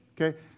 Okay